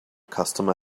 customer